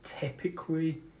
typically